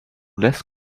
less